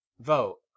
vote